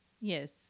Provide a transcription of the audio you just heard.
yes